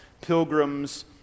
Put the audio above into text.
pilgrims